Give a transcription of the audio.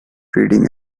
reading